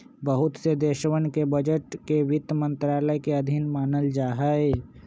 बहुत से देशवन के बजट के वित्त मन्त्रालय के अधीन मानल जाहई